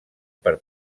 per